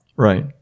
Right